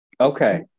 Okay